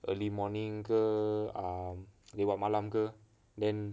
early morning ke err lewat malam ke then